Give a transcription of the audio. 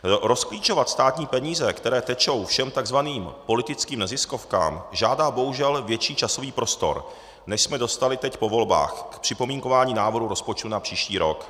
Rozklíčovat státní peníze, které tečou všem takzvaným politickým neziskovkám, žádá bohužel větší časový prostor, než jsme dostali teď po volbách k připomínkování návrhu rozpočtu na příští rok.